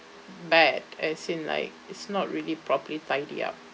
bad as in like it's not really properly tidied up